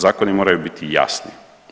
Zakoni moraju biti jasni.